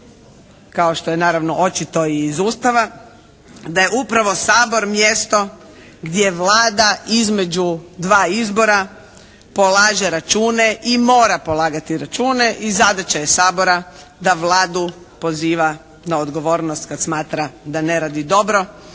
kao što je naravno očito i iz Ustava da je upravo Sabor mjesto gdje Vlada između dva izbora polaže račune i mora polagati račune i zadaća je Sabora da Vladu poziva na odgovornost kad smatra da ne radi dobro